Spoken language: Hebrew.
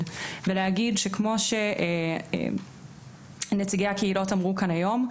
ולהגיד שכמו שנציגי הקהילות אמרו כאן היום,